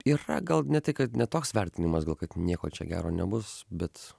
yra gal ne tai kad ne toks vertinimas gal kad nieko čia gero nebus bet